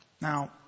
Now